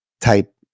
type